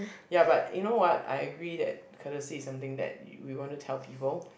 ya but you know what I agree that courtesy is something that you want to tell people